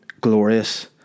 Glorious